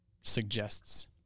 suggests